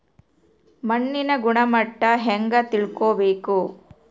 ಮಣ್ಣಿನ ಗುಣಮಟ್ಟ ಹೆಂಗೆ ತಿಳ್ಕೊಬೇಕು?